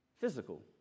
physical